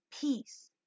peace